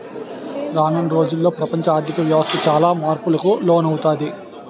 రానున్న రోజుల్లో ప్రపంచ ఆర్ధిక వ్యవస్థ చాలా మార్పులకు లోనవుతాది